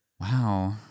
Wow